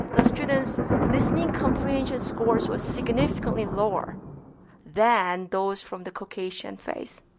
the students' listening comprehension scores were significantly lower than those from the caucasian face.